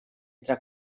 entre